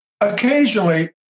Occasionally